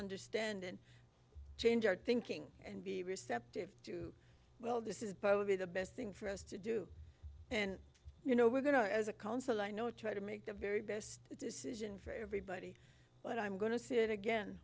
understand and change our thinking and be receptive to well this is probably the best thing for us to do and you know we're going to as a counselor i know try to make the very best decision for everybody but i'm going to say it again